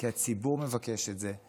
אלא כי הציבור מבקש את זה,